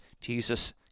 Jesus